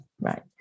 right